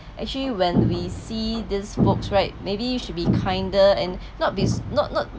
actually when we see these folks right maybe we should be kinder and not be not not